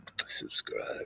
subscribe